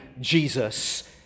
Jesus